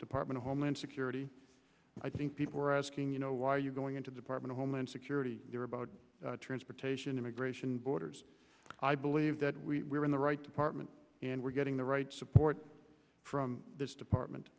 department of homeland security i think people were asking you know why are you going into department of homeland security about transportation immigration borders i believe that we are in the right department and we're getting the right support from this